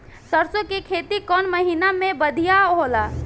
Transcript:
सरसों के खेती कौन महीना में बढ़िया होला?